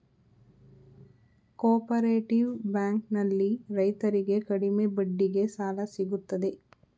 cooperative bank ನಲ್ಲಿ ರೈತರಿಗೆ ಕಡಿಮೆ ಬಡ್ಡಿಗೆ ಸಾಲ ಸಿಗುತ್ತದೆ